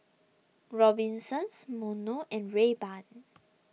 Robinsons Monto and Rayban